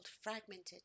fragmented